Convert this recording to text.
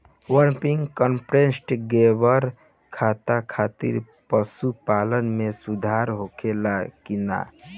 Vermi compost गोबर खाद खातिर पशु पालन में सुधार होला कि न?